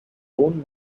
own